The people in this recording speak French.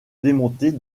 démonter